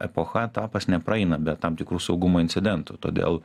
epocha etapas nepraeina be tam tikrų saugumo incidentų todėl